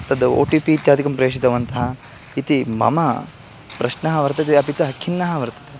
तद् O T P इत्यादिकं प्रेषितवन्तः इति मम प्रश्नः वर्तते अपि च खिन्नः वर्तते